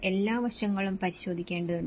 എല്ലാ വശങ്ങളും പരിശോധിക്കേണ്ടതുണ്ട്